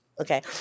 Okay